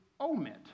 omit